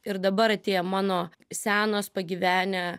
ir dabar atėjo mano senos pagyvenę